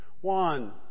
One